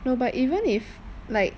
no but even if like